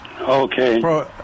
Okay